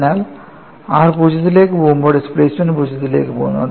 അതിനാൽ r 0 ലേക്ക് പോകുമ്പോൾ ഡിസ്പ്ലേസ്മെൻറ് 0 ലേക്ക് പോകുന്നു